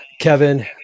Kevin